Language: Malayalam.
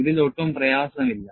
ഇതിൽ ഒട്ടും പ്രയാസമില്ല